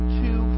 two